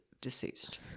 deceased